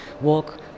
walk